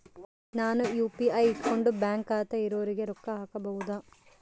ನಾನು ಯು.ಪಿ.ಐ ಇಟ್ಕೊಂಡು ಬ್ಯಾಂಕ್ ಖಾತೆ ಇರೊರಿಗೆ ರೊಕ್ಕ ಹಾಕಬಹುದಾ?